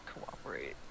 cooperate